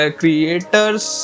creators